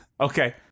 Okay